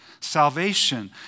salvation